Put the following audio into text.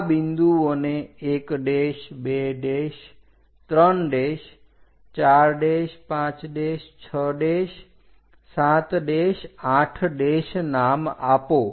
આ બિંદુઓને 1 2 3 4 5 6 7 8 નામ આપો